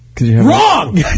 Wrong